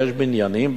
יש בניינים,